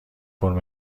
فرم